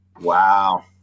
Wow